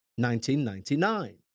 1999